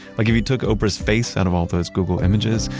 like if you took oprah's face out of all those google images,